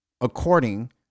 According